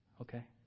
Okay